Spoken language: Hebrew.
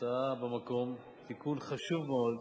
הצעה במקום, תיקון חשוב מאוד,